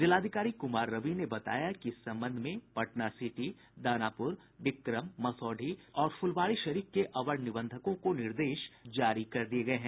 जिलाधिकारी कुमार रवि ने बताया कि इस संबंध में पटना सिटी दानापुर बिक्रम मसौढ़ी और फुलवारीशरीफ के अवर निबंधकों को निर्देश जारी कर दिये गये हैं